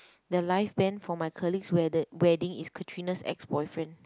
the live band for my colleague's wedded wedding is Katrina's ex-boyfriend